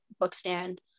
bookstand